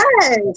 yes